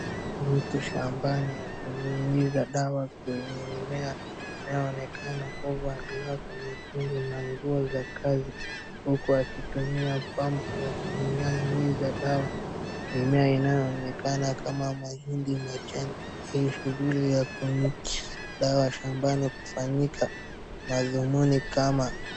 Mtu shambani akinyunyiza dawa kwenye mimea, inaonekana kwamba amevaa glove nyekundu na nguo za kazi, huku akitumia pump ya kunyunyiza dawa mimea inayoonekana kama mahindi machanga, hii shughuli ya kunyunyiza dawa shambani hufanyika madhumuni kama.